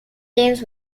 games